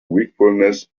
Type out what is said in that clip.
wakefulness